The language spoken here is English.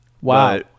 Wow